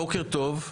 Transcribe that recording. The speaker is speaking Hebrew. בוקר טוב,